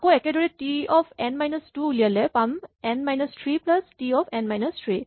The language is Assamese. আকৌ একেদৰেই T of n minus two উলিয়ালে পাম n minus three plus T of n minus three